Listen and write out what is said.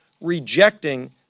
rejecting